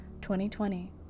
2020